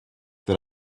that